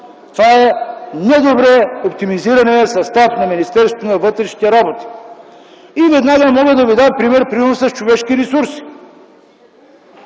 е недобре оптимизираният състав на Министерството на вътрешните работи. Веднага мога да ви дам пример с „Човешки ресурси”.